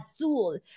Azul